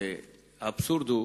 האבסורד הוא